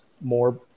more